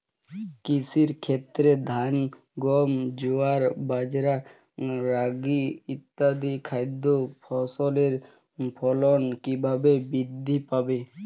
কৃষির ক্ষেত্রে ধান গম জোয়ার বাজরা রাগি ইত্যাদি খাদ্য ফসলের ফলন কীভাবে বৃদ্ধি পাবে?